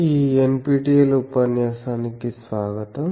ఈ NPTEL ఉపన్యాసానికి స్వాగతం